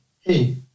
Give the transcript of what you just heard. hey